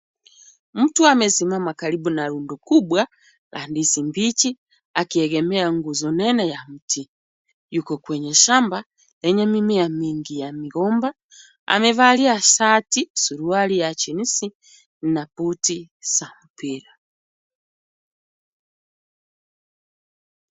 Mtu amesimama karibu na rundo kubwa la ndizi mbichi akiegemea nguzo nene ya mti. Yuko kwenye shamba lenye mimea mingi ya migomba. Amevalia shati, suruali ya jinsi na buti za mpira.